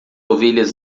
ovelhas